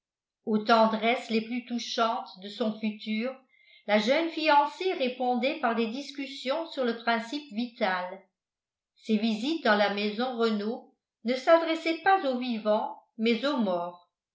aux tendresses les plus touchantes de son futur la jeune fiancée répondait par des discussions sur le principe vital ses visites dans la maison renault ne s'adressaient pas aux vivants mais au mort